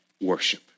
worship